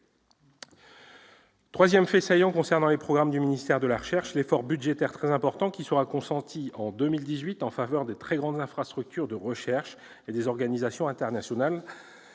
troisième fait saillant dans les programmes du ministère de la recherche est l'effort budgétaire très important qui sera consenti en 2018 en faveur des très grandes infrastructures de recherche et des organisations internationales